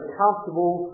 comfortable